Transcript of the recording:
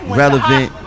relevant